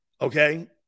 Okay